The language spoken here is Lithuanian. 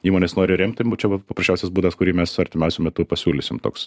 įmonės nori remti mu čia vat paprasčiausias būdas kurį mes artimiausiu metu pasiūlysim toks